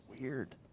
weird